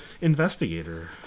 investigator